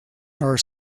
are